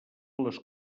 les